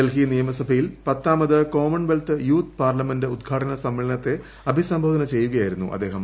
ഡൽഹി നിയമസഭയിൽ പത്താമത് Commonwealth youth parliament ഉദ്ഘാടന സമ്മേളനത്തെ അഭിസംബോധന ചെയ്യുകയായിരുന്നു അദ്ദേഹം